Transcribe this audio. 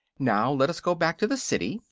now let us go back to the city,